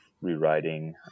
rewriting